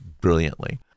brilliantly